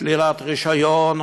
שלילת רישיון,